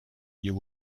you